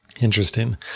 Interesting